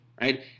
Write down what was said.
right